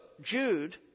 Jude